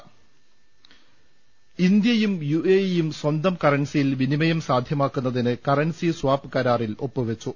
രു ൽ ഒ ൽ ഇന്ത്യയും യു എ ഇയും സ്വന്തം കറൻസിയിൽ വിനിമയം സാധ്യമാക്കുന്ന തിന് കറൻസി സ്വാപ് കരാറിൽ ഒപ്പുവെച്ചു